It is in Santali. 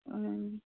ᱩᱸ